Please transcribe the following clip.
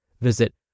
Visit